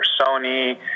Sony